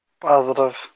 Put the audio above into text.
Positive